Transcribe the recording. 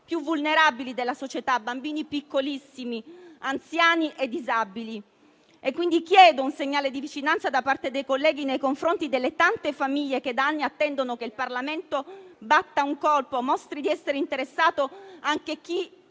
più vulnerabili della società: bambini piccolissimi, anziani e disabili. Chiedo un segnale di vicinanza da parte dei colleghi nei confronti delle tante famiglie che da anni attendono che il Parlamento batta un colpo, mostrando di essere interessato anche a chi